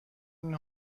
این